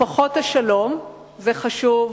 פחות השלום, זה חשוב,